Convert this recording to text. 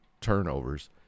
turnovers